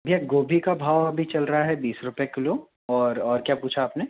भैया गोभी का भाव अभी चल रहा है बीस रुपये किलो और और क्या पूछा आपने